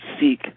seek